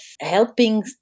helping